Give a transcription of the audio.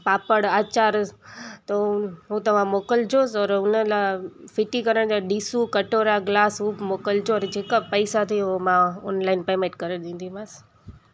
पापड़ अचार त उहे तव्हां मोकिलिजोसि ओर हुन लाइ फिटी करण जा डिसू कटोरा ग्लास उहे बि मोकिलिजो जेका पैसा थिए उहे मां ऑनलाइन पेमैंट करे ॾींदीमासि